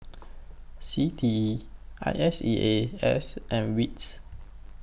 C T E I S E A S and WITS